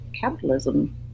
capitalism